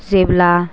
जेब्ला